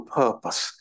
purpose